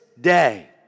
day